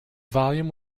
volume